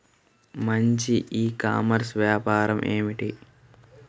మంచి e commerce వ్యాపారం ఏమిటీ?